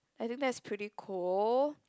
I think that's pretty cool